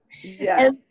Yes